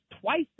twice